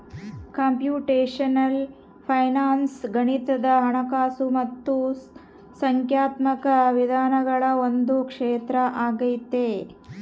computational finance ಗಣಿತದ ಹಣಕಾಸು ಮತ್ತು ಸಂಖ್ಯಾತ್ಮಕ ವಿಧಾನಗಳ ಒಂದು ಕ್ಷೇತ್ರ ಆಗೈತೆ